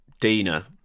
Dina